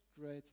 great